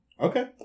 Okay